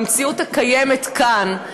במציאות הקיימת כאן,